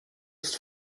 ist